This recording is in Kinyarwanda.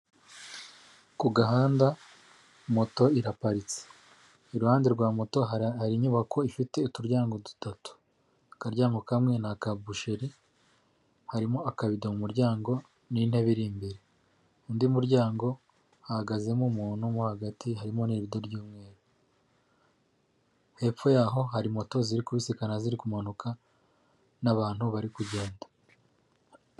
Ku gahanda moto iraparitse iruhande rwa moto hari inyubako ifite uturyango dutatu akaryango kamwe ni aka busheri harimo akabido mu muryango n'intebe iri imbere, undi muryango hahagazemo umuntu wo hagati harimo imodoka y'umweru hepfo yaho hari moto ziri kubisikana ziri kumanuka n'abantu bari kugenda.